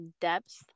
depth